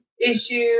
issue